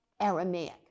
Aramaic